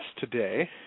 today